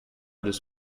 this